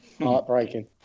heartbreaking